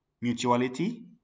mutuality